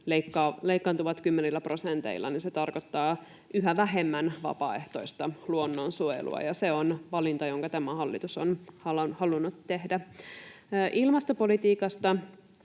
leikkaantuvat kymmenillä prosenteilla, se tarkoittaa yhä vähemmän vapaaehtoista luonnonsuojelua, ja se on valinta, jonka tämä hallitus on halunnut tehdä. Ilmastopolitiikasta